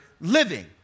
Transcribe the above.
living